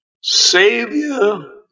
Savior